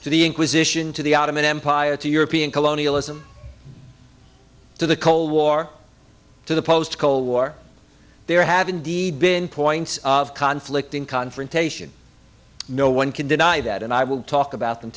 the inquisition to the ottoman empire to european colonialism to the cold war to the post cold war there have indeed been points of conflict in confrontation no one can deny that and i will talk about them